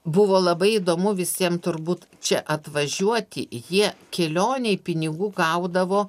buvo labai įdomu visiem turbūt čia atvažiuoti jie kelionei pinigų gaudavo